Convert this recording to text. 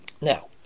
Now